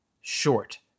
short